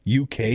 UK